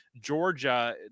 Georgia